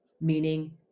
meaning